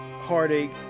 heartache